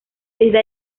desde